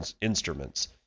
instruments